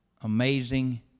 amazing